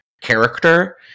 character